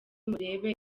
murebe